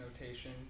notation